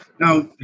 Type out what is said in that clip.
Now